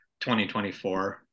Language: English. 2024